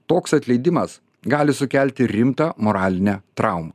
toks atleidimas gali sukelti rimtą moralinę traumą